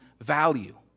value